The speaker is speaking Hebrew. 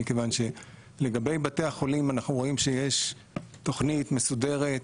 מכיוון שלגבי בתי החולים אנחנו רואים שיש תוכנית מסודרת.